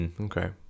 okay